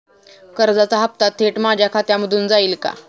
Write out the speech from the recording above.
कर्जाचा हप्ता थेट माझ्या खात्यामधून जाईल का?